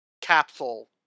capsule